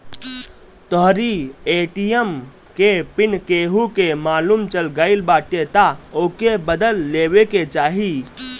तोहरी ए.टी.एम के पिन केहू के मालुम चल गईल बाटे तअ ओके बदल लेवे के चाही